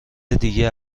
دیگه